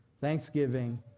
thanksgiving